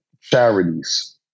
charities